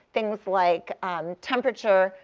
things like temperature,